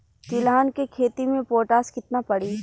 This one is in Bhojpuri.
तिलहन के खेती मे पोटास कितना पड़ी?